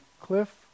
cliff